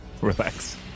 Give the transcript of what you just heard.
Relax